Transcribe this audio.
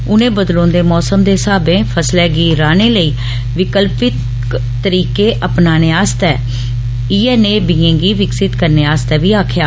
उनें बदलोन्दे मौसम दे स्हाबें फसलै गी राहने लेई विकल्पिक तरीके अपनाने आस्तै इयै नेह् बीए गी विकसित करने आस्तै बी आक्खेआ